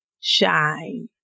shine